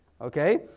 okay